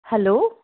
hello